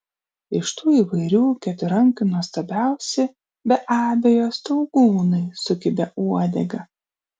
iš tų įvairių keturrankių nuostabiausi be abejo staugūnai su kibia uodega